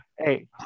Hey